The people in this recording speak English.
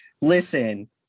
listen